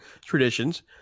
traditions